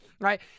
Right